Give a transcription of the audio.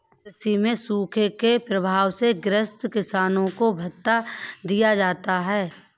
कृषि में सूखे के प्रभाव से ग्रसित किसानों को भत्ता दिया जाता है